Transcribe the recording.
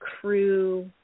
crew